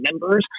members